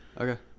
Okay